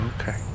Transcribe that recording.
Okay